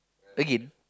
again